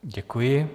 Děkuji.